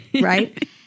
Right